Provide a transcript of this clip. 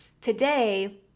today